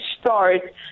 start